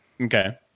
Okay